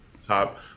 Top